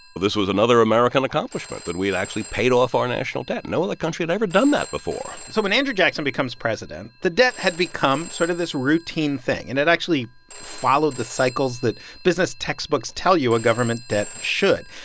this was another american accomplishment that we had actually paid off our national debt. no other country had ever done that before so when andrew jackson becomes president, the debt had become sort of this routine thing, and it actually followed the cycles that business textbooks tell you a government debt should.